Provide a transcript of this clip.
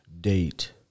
date